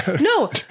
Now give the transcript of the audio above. No